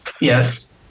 Yes